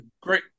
great